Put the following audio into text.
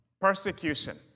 Persecution